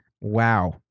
Wow